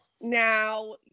now